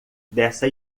dessa